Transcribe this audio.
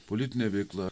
politinė veikla